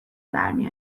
درمی